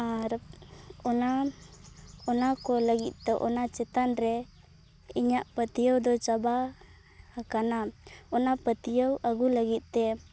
ᱟᱨ ᱚᱱᱟ ᱚᱱᱟ ᱠᱚ ᱞᱟᱹᱜᱤᱫ ᱫᱚ ᱚᱱᱟ ᱪᱮᱛᱟᱱ ᱨᱮ ᱤᱧᱟᱹᱜ ᱯᱟᱹᱛᱭᱟᱹᱣ ᱫᱚ ᱪᱟᱵᱟ ᱟᱠᱟᱱᱟ ᱚᱱᱟ ᱯᱟᱹᱛᱭᱟᱹᱣ ᱟᱹᱜᱩ ᱞᱟᱹᱜᱤᱫ ᱛᱮ